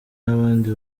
n’abandi